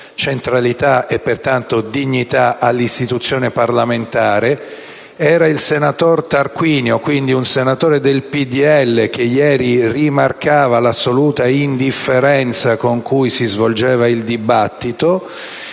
centralità e pertanto dignità all'istituzione parlamentare. Era il senatore Tarquinio, quindi un senatore del Gruppo Pdl, che ieri rimarcava l'assoluta indifferenza con cui si svolgeva il dibattito;